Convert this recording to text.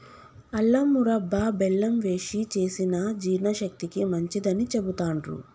అల్లం మురబ్భ బెల్లం వేశి చేసిన జీర్ణశక్తికి మంచిదని చెబుతాండ్రు